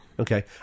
okay